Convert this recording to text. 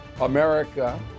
America